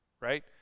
right